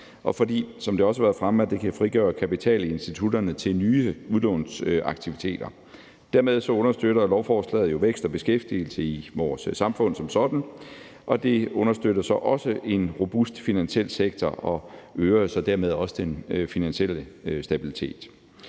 fremme, det kan frigøre kapitalinstitutterne til nye udlånsaktiviter. Dermed understøtter lovforslaget jo vækst og beskæftigelse i vores samfund som sådan, og det understøtter så også en robust finansiel sektor og øger dermed også den finansielle stabilitet.